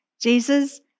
Jesus